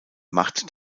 macht